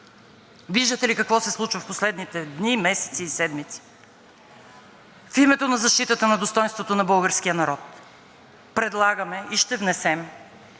Виждате ли какво се случва в последните дни, месеци и седмици? В името на защитата на достойнството на българския народ предлагаме и ще внесем